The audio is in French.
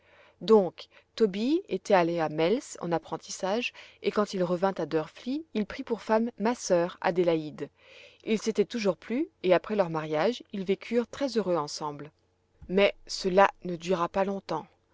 donc tobie était allé à mels en apprentissage et quand il revint à drfli il prit pour femme ma sœur adélaïde ils s'étaient toujours plu et après leur mariage ils vécurent très heureux ensemble mais cela ne dura pas longtemps